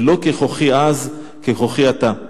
ולא ככוחי אז ככוחי עתה";